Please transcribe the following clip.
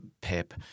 PEP